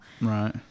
Right